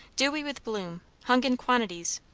dewy with bloom, hung in quantities,